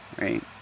right